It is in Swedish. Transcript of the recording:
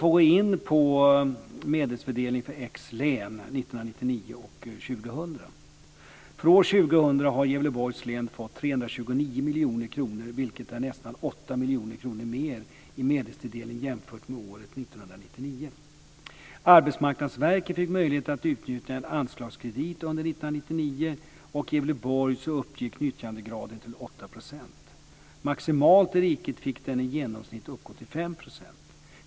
Sedan går jag in på medelsfördelningen för X-län år 1999 och år 2000. För år 2000 har Gävleborgs län fått 329 miljoner kronor, vilket är nästan 8 miljoner mer i medelstilldelning jämfört med året 1999. Arbetsmarknadsverket fick möjlighet att utnyttja en anslagskredit under år 1999. I Gävleborg uppgick nyttjandegraden till 8 %. Maximalt i riket fick den i genomsnitt uppgå till 5 %.